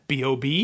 bob